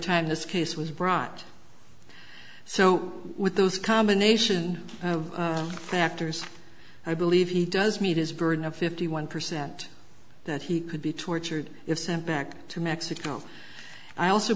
time this case was brought so with those combination of factors i believe he does meet his burden of fifty one percent that he could be tortured if sent back to mexico i also